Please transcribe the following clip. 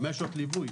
חמש שעות ליווי,